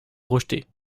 rejeter